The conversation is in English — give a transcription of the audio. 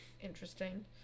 interesting